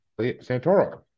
Santoro